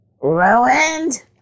Ruined